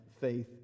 faith